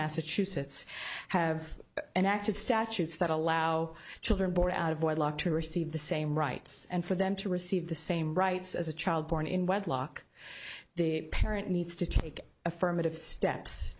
massachusetts have enacted statutes that allow children born out of wedlock to receive the same rights and for them to receive the same rights as a child born in wedlock the parent needs to take affirmative steps